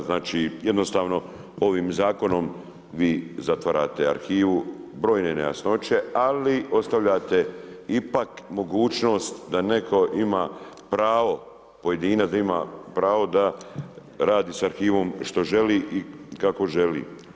Znači, jednostavno ovim Zakonom vi zatvarate arhivu, brojne nejasnoće, ali ostavljate ipak mogućnost da netko ima pravo, pojedinac da ima pravo da radi s arhivom što želi i kako želi.